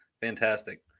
Fantastic